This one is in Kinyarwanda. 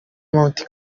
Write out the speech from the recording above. mount